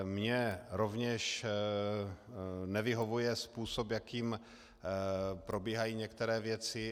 Mně rovněž nevyhovuje způsob, jakým probíhají některé věci.